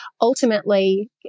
ultimately